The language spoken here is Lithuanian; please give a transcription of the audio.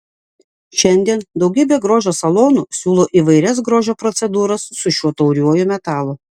šiandien daugybė grožio salonų siūlo įvairias grožio procedūras su šiuo tauriuoju metalu